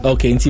Okay